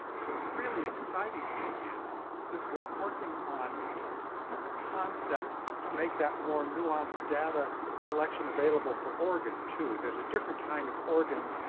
the really exciting thing is that we're working on a concept to make that more nuanced data collection available for organ, too. there's a different kind of organ